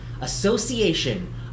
Association